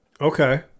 Okay